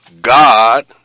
God